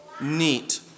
neat